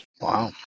Wow